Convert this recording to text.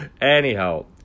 Anyhow